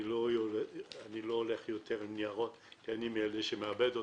אני לא הולך יותר עם ניירות כי אני מאלה שמאבד אותה.